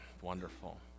wonderful